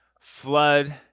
flood